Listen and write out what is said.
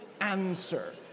answer